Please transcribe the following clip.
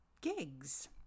gigs